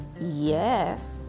Yes